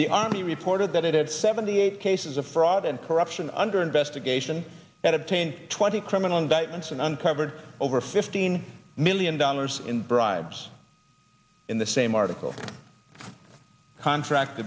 the army reported that of seventy eight cases of fraud and corruption under investigation that obtained twenty criminal indictments and uncovered over fifteen million dollars in bribes in the same article contract